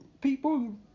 People